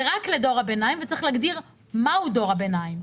זה רק לדור הביניים וצריך להגדיר מהו דור הביניים.